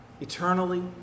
Eternally